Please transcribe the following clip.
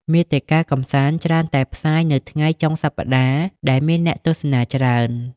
មាតិកាកម្សាន្ត ច្រើនតែផ្សាយនៅថ្ងៃ ចុងសប្តាហ៍ ដែលមានអ្នកទស្សនាច្រើន។